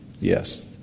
Yes